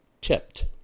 tipped